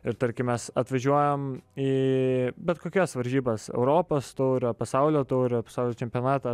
ir tarkim mes atvažiuojam į bet kokias varžybas europos taurė pasaulio taurė pasaulio čempionatą